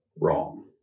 wrong